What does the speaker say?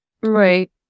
Right